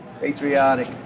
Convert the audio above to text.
Patriotic